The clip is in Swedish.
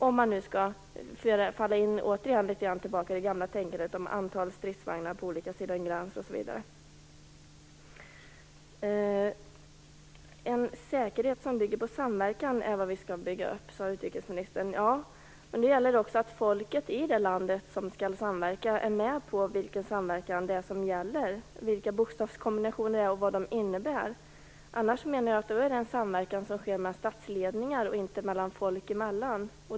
Så framstår det åtminstone om vi skall återfalla litet grand i det gamla tänkandet om antalet stridsvagnar på olika sidor om en gräns osv. En säkerhet som grundas på samverkan är vad vi skall bygga upp, sade utrikesministern. Ja, men det gäller också att folket i det land som skall samverka accepterar innebörden i samarbetet och bokstavskombinationerna. Annars blir det en samverkan mellan statsledningar, inte folk emellan.